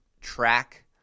track